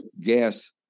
gas